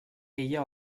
ella